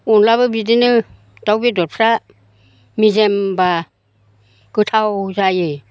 अनलायाबो बिदिनो दाव बेदरफ्रा मेजेमबा गोथाव जायो